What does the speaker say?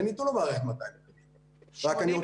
וניתנו למערכת 200 תקנים; אני רק רוצה